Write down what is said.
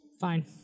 Fine